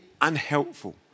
unhelpful